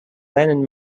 lennon